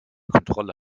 kontrolle